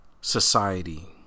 society